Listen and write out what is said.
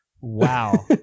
Wow